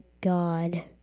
God